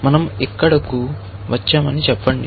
మనం ఇక్కడకు వచ్చామని చెప్పండి